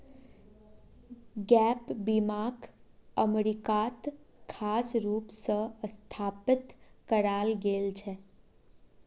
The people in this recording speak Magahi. गैप बीमाक अमरीकात खास रूप स स्थापित कराल गेल छेक